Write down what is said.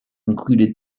included